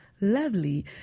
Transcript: lovely